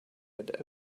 had